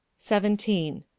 seventeen.